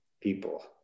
people